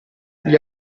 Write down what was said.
gli